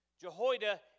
Jehoiada